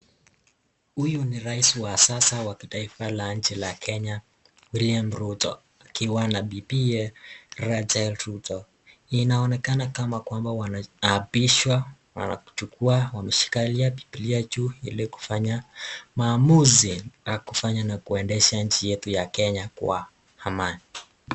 Huyu ni rais wa sasa wa kitaifa la nchi ya Kenya William Ruto akiwa na bibiye Rachael Ruto, inaonekana kama kwamba wanaapishwa wanachukua wanashikilia bibilia juu ili kufanya maamuzi au kufanya na kuendesha nchi yetu ya Kenya kwa amani.